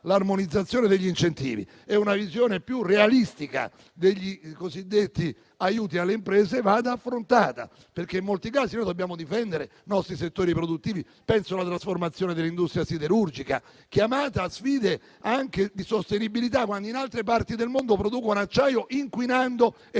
dell'armonizzazione degli incentivi, una visione più realistica dei cosiddetti aiuti alle imprese vada affrontata, perché in molti casi dobbiamo difendere i nostri settori produttivi, penso alla trasformazione dell'industria siderurgica, chiamata anche a sfide di sostenibilità, quando in altre parti del mondo producono acciaio inquinando e non